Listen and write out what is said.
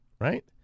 right